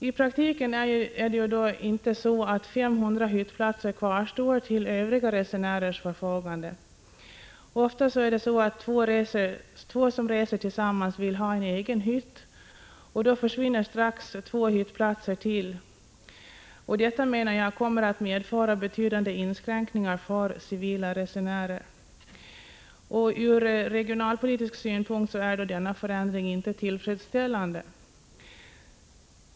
I praktiken kvarstår dock inte 500 hyttplatser till övriga resenärers förfogande. Ofta vill två som reser tillsammans ha egen hytt, och då försvinner strax två hyttplatser till. Detta kommer, menar jag, att medföra betydande inskränkningar för civila resenärer. Ur regionalpolitisk synpunkt är denna förändring inte tillfredsställande.